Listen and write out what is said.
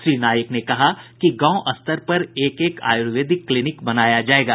श्री नाईक ने कहा कि गांव स्तर पर एक एक आयुर्वेदिक क्लिनिक बनाया जाएगा